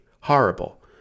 horrible